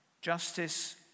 justice